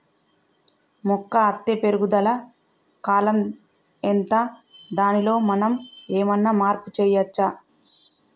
మొక్క అత్తే పెరుగుదల కాలం ఎంత దానిలో మనం ఏమన్నా మార్పు చేయచ్చా?